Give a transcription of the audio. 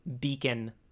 beacon